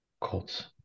Colts